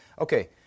Okay